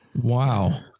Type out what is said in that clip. Wow